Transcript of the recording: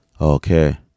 Okay